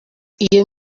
iyo